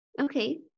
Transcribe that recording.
Okay